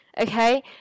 Okay